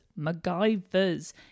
MacGyvers